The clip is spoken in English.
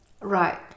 Right